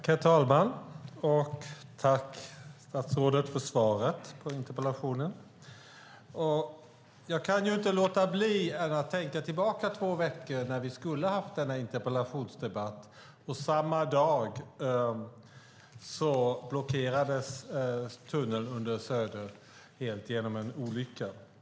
Herr talman! Jag tackar statsrådet för svaret på interpellationen. Jag kan inte låta bli att tänka tillbaka två veckor när vi skulle ha haft denna interpellationsdebatt. Samma dag blockerades tunneln under Söder helt genom en olycka.